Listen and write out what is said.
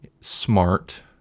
smart